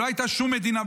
לא הייתה שום מדינה.